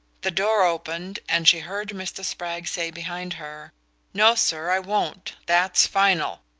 the door opened, and she heard mr. spragg say behind her no, sir, i won't that's final.